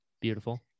Beautiful